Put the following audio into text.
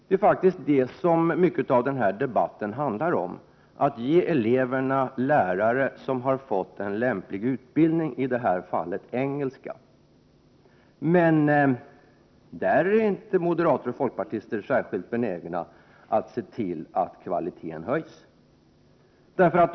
Det är faktiskt detta som mycket av denna debatt handlar om — att ge eleverna lärare som har fått en lämplig utbildning, i det här fallet i engelska. Men där är inte moderaterna och folkpartisterna särskilt benägna att se till att kvaliteten höjs.